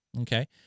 Okay